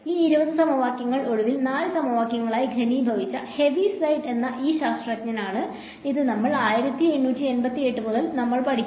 ഈ 20 സമവാക്യങ്ങൾ ഒടുവിൽ 4 സമവാക്യങ്ങളായി ഘനീഭവിച്ച ഹെവിസൈഡ് എന്ന ഈ ശാസ്ത്രജ്ഞനാണ് ഇത് നമ്മൾ 1888 മുതൽ നമ്മൾ പഠിക്കുന്നത്